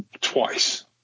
twice